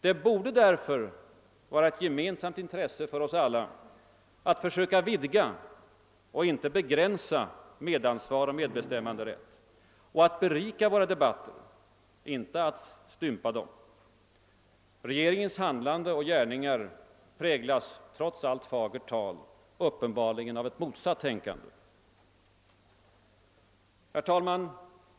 Det borde därför vara ett gemensamt intresse för oss alla att försöka vidga och inte begränsa medansvar och medbestämmanderätt och att berika våra debatter, inte stympa dem. Regeringens handlande och gärningar präglas trots allt fagert tal uppenbarligen av ett motsatt tänkande. Herr talman!